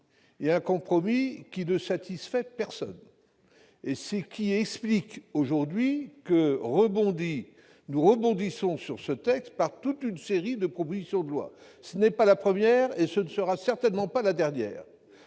d'un compromis, qui ne satisfait personne. Cela explique que nous revenions sur ce texte par toute une série de propositions de loi- celle-ci n'est pas la première et ne sera certainement pas la dernière.